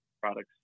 products